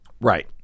Right